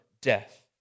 death